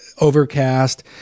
overcast